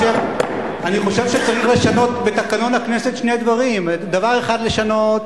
אני חושב שצריך לשנות בתקנון הכנסת שני דברים: דבר אחד לשנות,